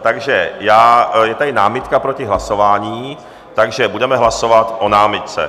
Takže je tady námitka proti hlasování, takže budeme hlasovat o námitce.